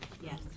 Yes